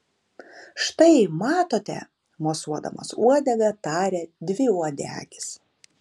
štai matote mosuodamas uodega tarė dviuodegis